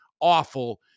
awful